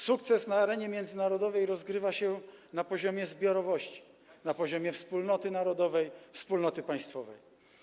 Sukces na arenie międzynarodowej rozgrywa się na poziomie zbiorowości, na poziomie wspólnoty narodowej, wspólnoty państwowej.